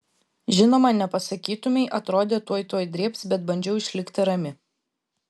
žinoma nepasakytumei atrodė tuoj tuoj drėbs bet bandžiau išlikti rami